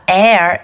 air